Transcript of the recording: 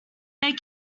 they